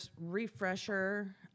refresher